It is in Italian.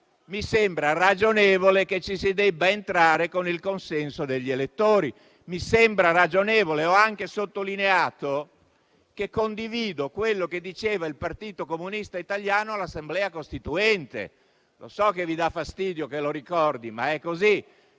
mi sembra ragionevole che ci si debba entrare con il consenso degli elettori. Mi sembra ragionevole. Ho anche sottolineato che condivido quello che diceva il Partito Comunista Italiano all'Assemblea costituente. Lo so che vi dà fastidio che lo ricordi, ma è così.